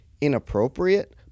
inappropriate